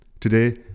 Today